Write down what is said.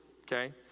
okay